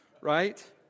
right